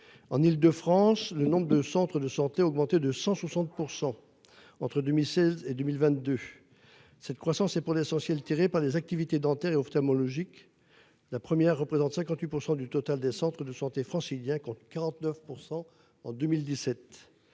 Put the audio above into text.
en Île-de-France, le nombre de centres de santé ont augmenté de 160%. Entre 2016 et 2022. Cette croissance est pour l'essentiel, tirée par les activités dentaires et ophtalmologiques la première représentent 58% du total des centres de santé franciliens contre 49% en 2017.